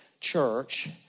church